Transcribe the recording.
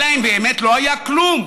אלא אם באמת לא היה כלום.